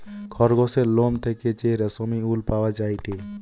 খরগোসের লোম থেকে যে রেশমি উল পাওয়া যায়টে